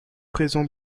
présent